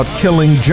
killing